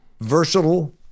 versatile